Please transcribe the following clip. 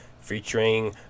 featuring